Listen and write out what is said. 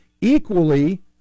Equally